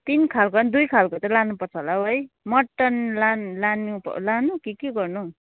तिन खालको दुई खालको चाहिँ लानु पर्छ होला हौ है मटन लानु कि के गर्नु